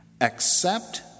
accept